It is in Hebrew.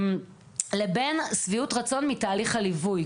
ולבין שביעות הרצון מתהליך הליווי.